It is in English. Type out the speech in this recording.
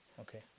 Okay